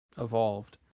evolved